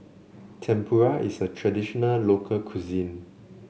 Tempura is a traditional local cuisine